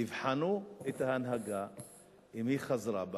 תבחנו את ההנהגה אם היא חזרה בה